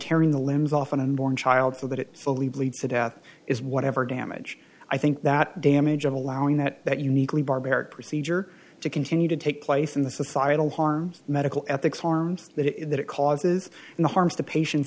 tearing the limbs off an inborn child so that it fully bleeds to death is whatever damage i think that damage of allowing that that uniquely barbaric procedure to continue to take place in the societal harms medical ethics harms that it causes the harms to patients